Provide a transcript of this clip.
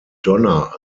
donner